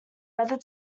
whether